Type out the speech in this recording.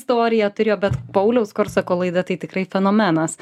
istoriją turėjo bet pauliaus korsako laida tai tikrai fenomenas